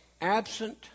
Absent